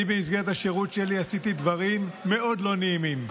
בשירות שלי עשיתי דברים מאוד לא נעימים.